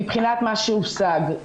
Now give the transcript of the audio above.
מבחינת מה שהושג.